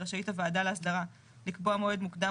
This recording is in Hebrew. רשאית הוועדה לאסדרה לקבוע מועד מוקדם